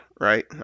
right